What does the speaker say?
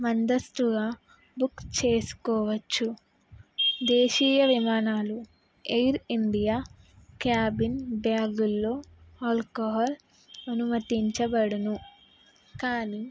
మందస్తుగా book చేసుకోవచ్చు దేశీయ విమానాలు ఎయిర్ ఇండియా క్యాబిన్ బ్యాగుల్లో ఆల్కహాల్ అనుమతించబడును కానీ